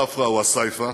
ספרא או סייפא,